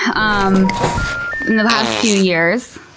um in the last few years,